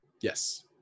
Yes